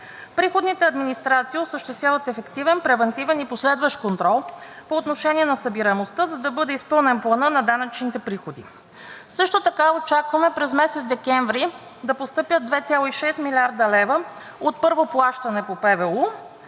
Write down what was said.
Приходните администрации осъществяват ефективен, превантивен и последващ контрол по отношение на събираемостта, за да бъде изпълнен планът на данъчните приходи. Също така очакваме през месец декември да постъпят 2,6 млрд. лв. от първо плащане по Плана